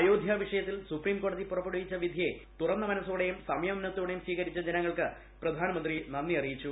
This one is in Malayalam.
അയോധ്യ വിഷയത്തിൽ സുപ്രീംകോടതി പുറപ്പെടുവിച്ച വിധിയെ തുറന്ന മനസ്സോടെയും സംയമനത്തോടെയും സ്വീകരിച്ച ജനങ്ങൾക്ക് പ്രധാനമന്ത്രി നന്ദി അറിയിച്ചു